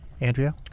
Andrea